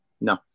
no